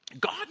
God